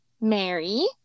Mary